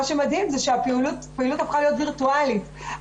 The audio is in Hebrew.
שמדהים זה שהפעילות הפכה להיות פעילות וירטואלית.